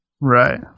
right